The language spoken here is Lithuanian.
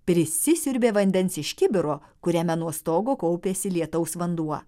prisisiurbė vandens iš kibiro kuriame nuo stogo kaupėsi lietaus vanduo